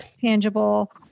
tangible